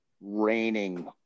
raining